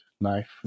knife